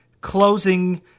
closing